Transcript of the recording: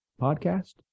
podcast